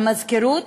המזכירות?